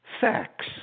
Facts